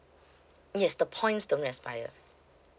yes the points don't expire